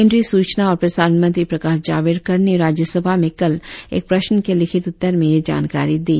केंद्रीय सूचना और प्रसारण मंत्री प्रकाश जावड़ेकर ने राज्यसभा में कल एक प्रश्न के लिखित उत्तर में यह जानकारी दी